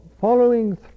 following